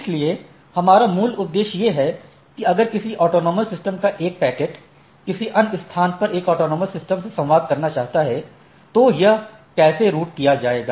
इसलिए हमारा मूल उद्देश्य यह है कि अगर किसी ऑटॉनमस सिस्टम का एक पैकेट किसी अन्य स्थान पर एक ऑटॉनमस सिस्टम से संवाद करना चाहता है तो यह कैसे रूट किया जाएगा